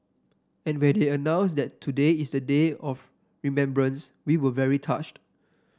and when he announced that today is a day of remembrance we were very touched